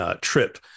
trip